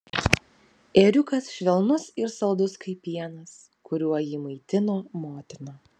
ėriukas švelnus ir saldus kaip pienas kuriuo jį maitino motina